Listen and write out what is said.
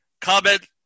comment